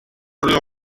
río